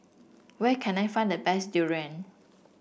where can I find the best durian